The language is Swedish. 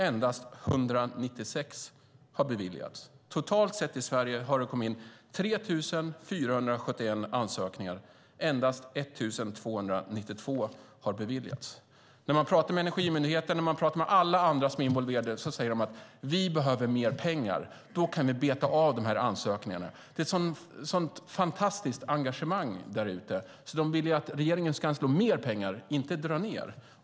Endast 196 har beviljats. Totalt sett i Sverige har det kommit in 3 471 ansökningar. Endast 1 292 har beviljats. När man talar med Energimyndigheten och alla andra som är involverade säger de: Vi behöver mer pengar. Då kan vi beta av ansökningarna. Det är ett fantastiskt engagemang därute. De vill att regeringen ska anslå mer pengar och inte dra ned.